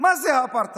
מה זה אפרטהייד?